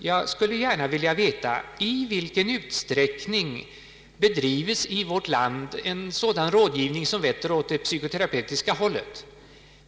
Jag skulle gärna vilja veta i vilken utsträckning i vårt land en sådan rådgivning som vetter åt det psykoterapeutiska hållet bedrives.